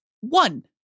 one